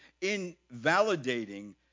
invalidating